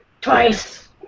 Twice